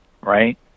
right